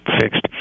fixed